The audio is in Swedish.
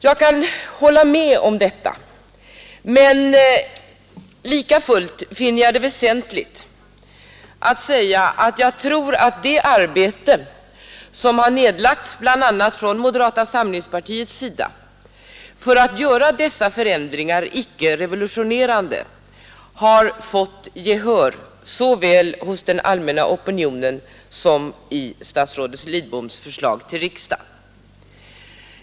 Jag kan hålla med om detta. Det arbete som nedlagts från bl.a. moderata samlingspartiets sida för att göra dessa förändringar icke revolutionerande har fått gehör såväl hos den allmänna opinionen som i statsrådet Lidboms förslag till riksdagen.